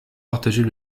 partager